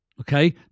Okay